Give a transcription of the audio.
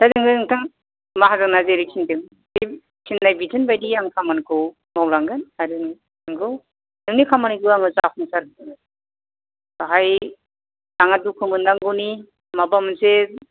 दा जोङो नोंथां माहाजोना जेरै थिनदों बे थिननाय बिथोन बायदि आं खामानिखौ मावलांगोन आरो नंगौ नोंनि खामानिखौ आङो जाफुंसार होगोन बेवहाय आंहा दुखु मोननांगौनि माबा मोनसे